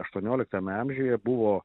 aštuonioliktame amžiuje buvo